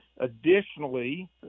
Additionally